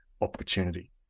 opportunity